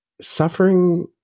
suffering